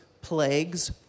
plagues